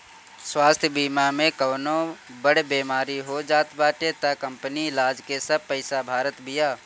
स्वास्थ्य बीमा में कवनो बड़ बेमारी हो जात बाटे तअ कंपनी इलाज के सब पईसा भारत बिया